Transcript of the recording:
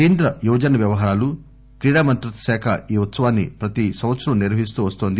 కేంద్ర యువజన వ్యవహారాలు క్రీడా మంత్రిత్వ శాఖ ఈ ఉత్సవాన్ని ప్రతి సంవత్సరం నిర్వహిస్తూ వన్తోంది